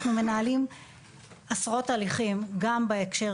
אנחנו מנהלים עשרות תהליכים גם בהקשר